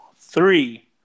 Three